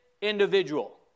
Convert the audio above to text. individual